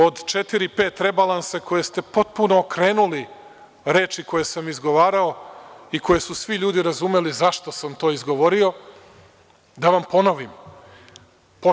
Od četiri, pet rebalansa koje ste potpuno okrenuli reči koje sam izgovarao, i koje su svi ljudi razumeli zašto sam to izgovorio, da vam ponovim.